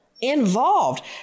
involved